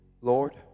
Lord